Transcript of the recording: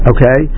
Okay